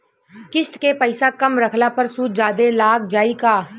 किश्त के पैसा कम रखला पर सूद जादे लाग जायी का?